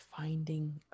finding